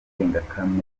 ndengakamere